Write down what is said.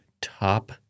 top